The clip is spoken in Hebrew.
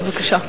בבקשה.